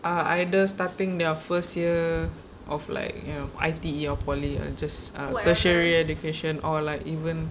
are either starting their first year of like you know I_T_E or poly just ah tertiary education or like even